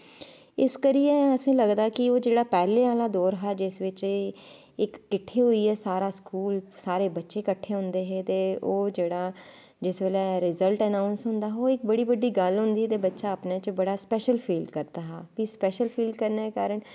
इस करियै असें लगदा कि ओह् जेह्ड़ा पैह्लें आह्ला दौर हा जिस बिच्च एह् इक किट्ठे होईयै सारा स्कूल सारे बच्चे कट्ठे होंदा हे ते ओह् सारा जिस बेल्लै रिजल्ट आनौंस होंदा हा ओह् इक बड़ी बड्डी गल्ल होंदी ही ते बच्चा अपनै च बड़ा स्पैशल फील करदा हा फ्ही स्पैशल फील करने कारण